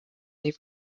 leave